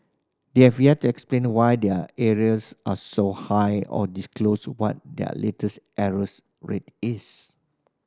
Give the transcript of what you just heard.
they have yet to explain why their arrears are so high or disclose what their latest arrears rate is